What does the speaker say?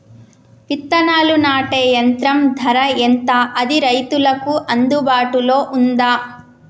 విత్తనాలు నాటే యంత్రం ధర ఎంత అది రైతులకు అందుబాటులో ఉందా?